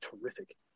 terrific